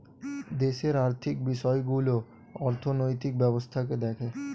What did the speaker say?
দেশের আর্থিক বিষয়গুলো অর্থনৈতিক ব্যবস্থাকে দেখে